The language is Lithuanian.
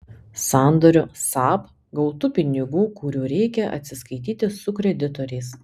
sandoriu saab gautų pinigų kurių reikia atsiskaityti su kreditoriais